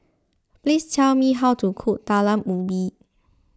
please tell me how to cook Talam Ubi